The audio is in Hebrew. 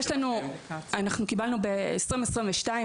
אנחנו קיבלנו ב-2022,